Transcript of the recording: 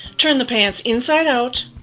turn the pants inside out